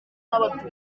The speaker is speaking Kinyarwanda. n’abatutsi